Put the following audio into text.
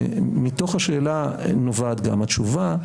שמתוך השאלה נובעת גם התשובה.